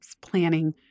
planning